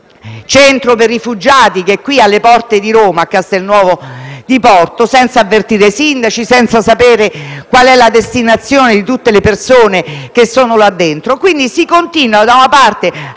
centro per rifugiati, che si trova qui alle porte di Roma, a Castelnuovo di Porto, senza avvertire i sindaci e senza conoscere quale sia la destinazione di tutte le persone che si trovano là dentro. Quindi, si continua con una gestione